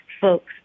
folks